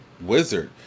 wizard